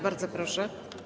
Bardzo proszę.